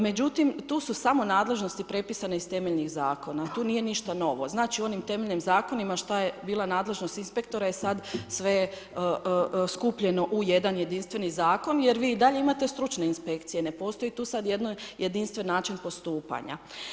Međutim, tu su samo nadležnosti prepisane iz temeljnih zakona, tu nije ništa novo, znači u onim temeljnim zakonima šta je bila nadležnost inspektora je sad sve skupljeno u jedan jedinstveni zakon jer vi i dalje imate stručne inspekcije ne postoji tu sad jedan jedinstven način postupanja.